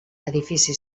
edifici